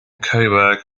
cobourg